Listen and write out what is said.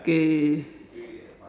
okay